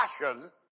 passion